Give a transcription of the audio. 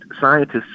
scientists